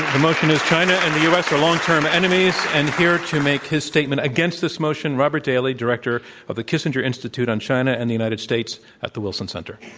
the motion is china and the u. s. are long-term enemies, and here to make his statement against this motion, robert daly, director of the kissinger institute on china and the united states at the wilson center.